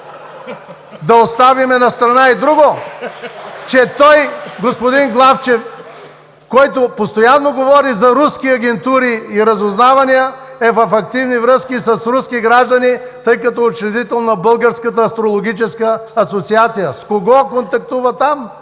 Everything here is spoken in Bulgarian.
Да оставим настрана и друго – че той, господин Главчев, който постоянно говори за руски агентури и разузнавания, е в активни връзки с руски граждани, тъй като е учредител на Българската астрологична асоциация. С кого контактува там?